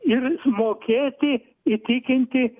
ir mokėti įtikinti